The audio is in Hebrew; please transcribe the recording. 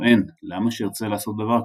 וטוען "למה שארצה לעשות דבר כזה?